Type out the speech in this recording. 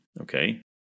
okay